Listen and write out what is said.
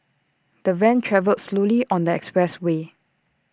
the van travelled slowly on the express way